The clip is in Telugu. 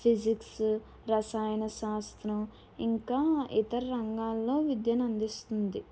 ఫిజిక్స్ రసాయన శాస్త్రం ఇంకా ఇతర రంగాల్లో విద్యను అందిస్తుంది